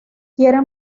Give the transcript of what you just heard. quiere